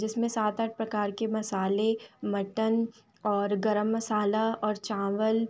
जिसमें सात आठ प्रकार के मसाले मटन और गर्म मसाला और चावल